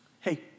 Hey